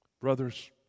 Brothers